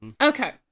Okay